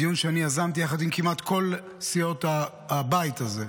דיון שאני יזמתי יחד עם כמעט כל סיעות הבית הזה,